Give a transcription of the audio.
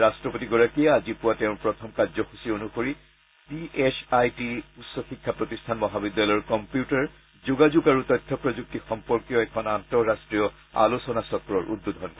ৰাট্টপতিগৰাকীয়ে আজি পুৱা তেওঁৰ প্ৰথম কাৰ্যসূচী অনুসৰি পি এছ আই টি উচ্চ শিক্ষা প্ৰতিষ্ঠান মহাবিদ্যালয়ৰ কম্পিউটাৰ যোগাযোগ আৰু তথ্য প্ৰযুক্তি সম্পৰ্কীয় এখন আন্তঃৰাষ্ট্ৰীয় আলোচনা চক্ৰৰ উদ্বোধন কৰিব